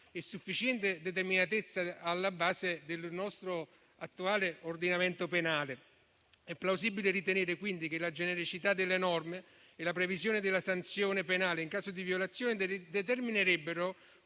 e sufficiente determinatezza alla base del nostro attuale ordinamento penale. È quindi plausibile ritenere che la genericità delle norme e la previsione della sanzione penale in caso di violazione determinerebbero